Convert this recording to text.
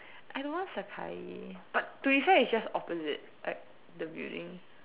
I don't want Sakae but to be fair it's just opposite like the building